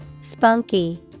Spunky